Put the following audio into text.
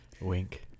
Wink